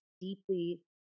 deeply